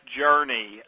journey